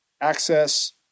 access